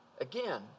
Again